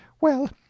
Well